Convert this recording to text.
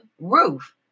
roof